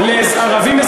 לערבים, ?